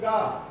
God